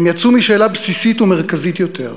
הם יצאו משאלה בסיסית ומרכזית יותר,